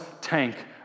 tank